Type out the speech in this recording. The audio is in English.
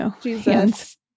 Jesus